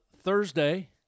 Thursday